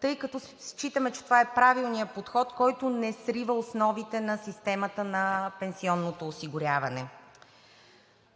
тъй като считаме, че това е правилният подход, който не срива основите на системата на пенсионното осигуряване.